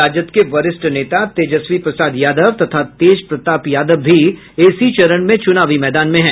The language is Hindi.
राजद के वरिष्ठ नेता तेजस्वी प्रसाद यादव तथा तेज प्रताप यादव भी इसी चरण में चुनावी मैदान में हैं